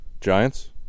Giants